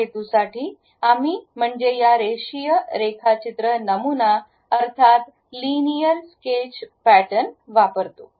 त्या हेतूसाठी आम्ही म्हणजे या रेषीय रेखाचित्र नमुना अर्थात लिनियर स्केच पॅटरन वापरतो